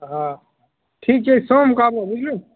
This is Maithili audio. हँ ठीक छै सोमके आबऽ बुझलहो